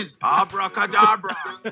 Abracadabra